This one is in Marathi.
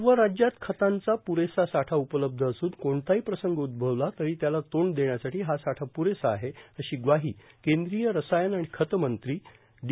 सर्व राज्यात खतांचा प्रेसा साठा उपलब्ध असून कोणताही प्रसंग उद्भवला तरी त्याला तोंड देण्यासाठी हा साठा प्रेसा आहे अशी ग्वाही केंद्रीय रसायन आणि खत मंत्री डी